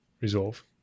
Resolve